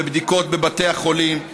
בבדיקות בבתי החולים,